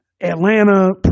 Atlanta